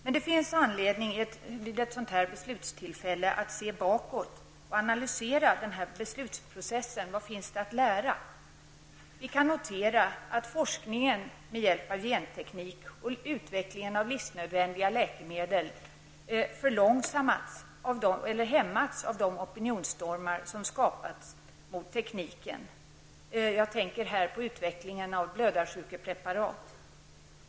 Det finns emellertid anledning att vid ett sådant här beslutstillfälle se bakåt och analysera denna beslutsprocess. Vad finns det att lära? Vi kan notera att forskningen med hjälp av genteknik och utvecklingen av livsnödvändiga läkemedel har hämmats på grund av de opinionsstormar som skapats mot gentekniken. Jag tänker på utvecklingen av blödarsjukepreparat.